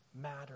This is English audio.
matter